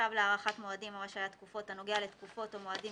צו להארכת מועדים ומה שהיה תקופות הנוגע לתקופות או מועדים